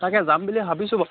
তাকে যাম বুলি ভাবিছোঁ বাৰু